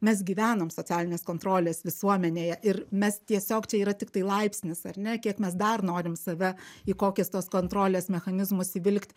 mes gyvenam socialinės kontrolės visuomenėje ir mes tiesiog čia yra tiktai laipsnis ar ne kiek mes dar norim save į kokis tos kontrolės mechanizmus įvilkt